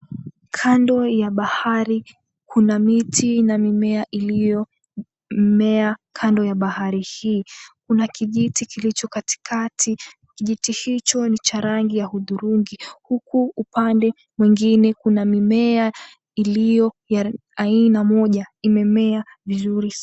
Kando ya bahari kuna miti na mimea iliyomea kando ya bahari hii, kuna kijiti kilicho katikati, kijiti hicho ni cha rangi ya udhurungi, huku upande ingine kuna mimea iliyo ya aina moja imemea vizuri sana.